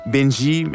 Benji